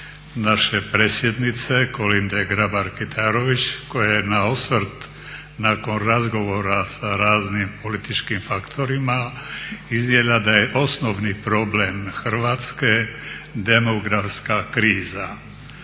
naše predsjednice Kolinde Grabar-Kitarović koja je na osvrt nakon razgovara sa raznim političkim faktorima iznijela "Da je osnovni problem Hrvatske demografska kriza."